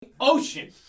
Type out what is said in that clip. Ocean